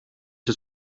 het